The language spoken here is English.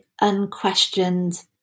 unquestioned